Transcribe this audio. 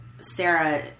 Sarah